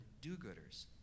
do-gooders